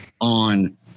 on